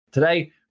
Today